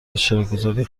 اشتراکگذاری